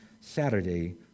Saturday